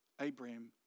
Abraham